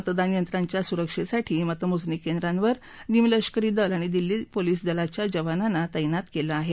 मतदान यंत्रांच्या सुरक्षेसाठी मतमोजणी केंद्रांवर निमलष्करी दल आणि दिल्ली पोलीस दलाच्या जवानांना तैनात केलं आहे